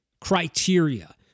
criteria